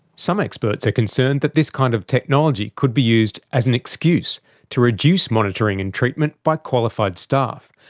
some experts are concerned that this kind of technology could be used as an excuse to reduce monitoring and treatment by qualified staff,